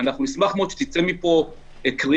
אנחנו נשמח מאוד שתצא מכאן קריאה,